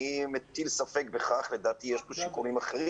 אני מטיל ספק בכך, לדעתי יש פה שיקולים אחרים.